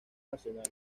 nacional